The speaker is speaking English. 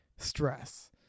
Stress